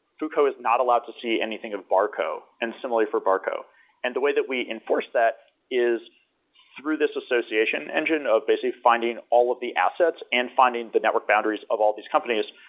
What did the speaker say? fuko is not allowed to see anything of barko and similarly for barko and the way that we enforce that is through this association engine of basically finding all of the assets and finding the network boundaries of all these companies.